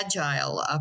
agile